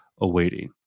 awaiting